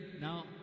now